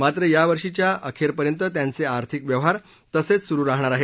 मात्र यावर्षीच्या शेवटपर्यंत त्यांचे आर्थिक व्यवहार तसेच सुरु राहणार आहेत